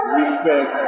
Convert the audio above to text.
respect